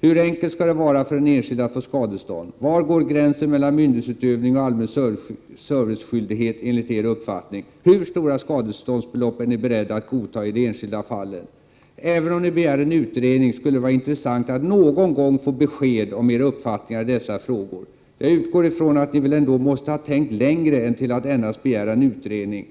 Hur enkelt skall det vara för den enskilde att få skadestånd? Var går gränsen mellan myndighetsutövning och allmän serviceskyldighet enligt er uppfattning? Hur stora skadeståndsbelopp är ni beredda att godta i de enskilda fallen? Även om ni begär en utredning skulle det vara intressant att någon gång få besked om era uppfattningar i dessa frågor. Jag utgår ifrån att ni väl ändå måste ha tänkt längre än till att endast begära en utredning.